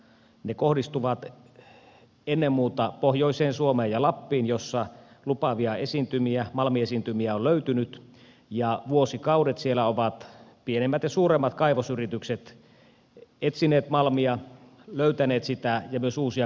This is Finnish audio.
ne kohdistuvat ennen muuta pohjoiseen suomeen ja lappiin jossa lupaavia malmiesiintymiä on löytynyt ja vuosikaudet siellä ovat pienemmät ja suuremmat kaivosyritykset etsineet malmia ja löytäneet sitä ja myös uusia kaivoksia on syntynyt